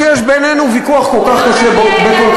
הוא נמצא